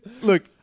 look